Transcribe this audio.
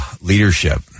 leadership